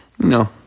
No